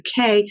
UK